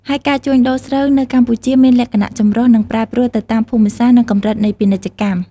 ហើយការជួញដូរស្រូវនៅកម្ពុជាមានលក្ខណៈចម្រុះ និងប្រែប្រួលទៅតាមភូមិសាស្ត្រ និងកម្រិតនៃពាណិជ្ជកម្ម។